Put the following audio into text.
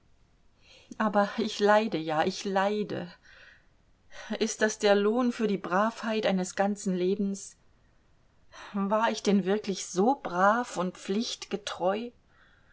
aber ich leide ja ich leide ist das der lohn für die bravheit eines ganzen lebens war ich denn wirklich so brav und